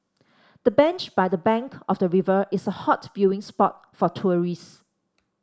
the bench by the bank of the river is a hot viewing spot for tourists